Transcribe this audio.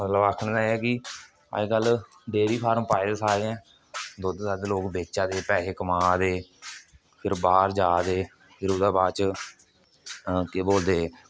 मतलब आखने दा एह् ऐ कि अज्जकल डेयरी फार्म पाए दे सारें दुद्ध दद्ध लोक बेचा दे पैहे कमा दे फिर बाह्र जा दे फिर ओह्दे बाद च केह् बोलदे